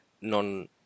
non